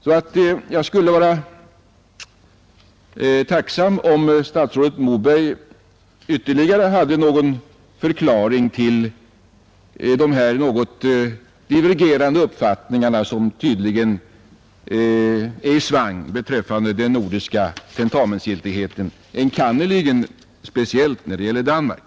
Jag skulle vara tacksam, om statsrådet Moberg kunde lämna någon ytterligare förklaring till de här något divergerande uppfattningarna som tydligen är i svang beträffande den nordiska tentamensgiltigheten, enkannerligen när det gäller Danmark.